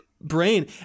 brain